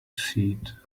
seat